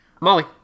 Molly